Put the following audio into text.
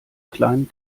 kleinen